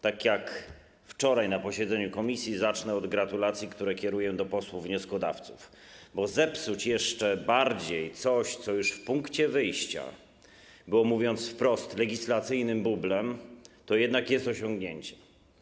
Tak jak wczoraj na posiedzeniu komisji zacznę od gratulacji, które kieruję do posłów wnioskodawców, bo zepsuć jeszcze bardziej coś, co już w punkcie wyjścia było, mówiąc wprost, legislacyjnym bublem, to jednak jest osiągnięcie.